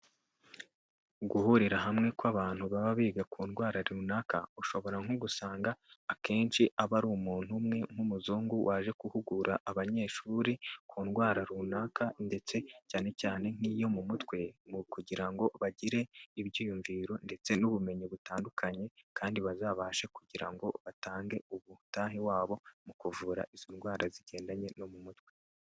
Guhurira hamwe kw'abantu baba biga ku ndwara runaka, ushobora nko gusanga akenshi aba ari umuntu umwe, nk'umuzungu waje guhugura abanyeshuri ku ndwara runaka, ndetse cyane cyane nk'iyo mu mutwe, ni ukugira ngo bagire ibyiyumviro, ndetse n'ubumenyi butandukanye, kandi bazabashe kugira ngo batange umusanzu wabo, mu kuvura izo ndwara zigendanye no mu mutwe.